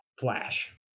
Flash